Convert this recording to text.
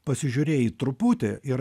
pasižiūrėjai truputį ir